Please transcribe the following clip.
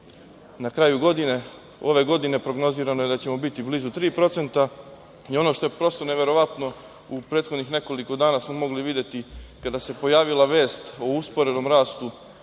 na kraju godine. Ove prognozirano je da ćemo biti blizu 3% i, ono što je neverovatno, u prethodnih nekoliko dana smo mogli videti kada se pojavila vest o usporenom rastu